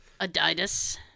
Adidas